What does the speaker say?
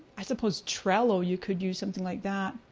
i suppose trello, you could use something like that.